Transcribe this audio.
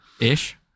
ish